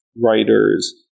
writers